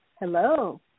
Hello